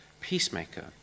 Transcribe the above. peacemaker